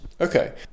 okay